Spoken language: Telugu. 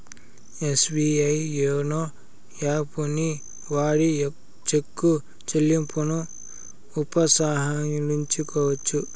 ఎస్బీఐ యోనో యాపుని వాడి చెక్కు చెల్లింపును ఉపసంహరించుకోవచ్చు